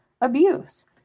abuse